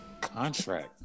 contract